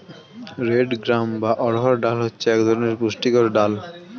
red gram বা অড়হর ডাল হচ্ছে এক ধরনের পুষ্টিকর ডাল